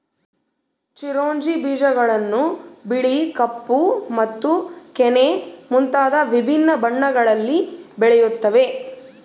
ಚಿರೊಂಜಿ ಬೀಜಗಳನ್ನು ಬಿಳಿ ಕಪ್ಪು ಮತ್ತು ಕೆನೆ ಮುಂತಾದ ವಿಭಿನ್ನ ಬಣ್ಣಗಳಲ್ಲಿ ಬೆಳೆಯುತ್ತವೆ